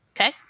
Okay